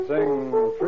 sing